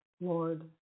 Lord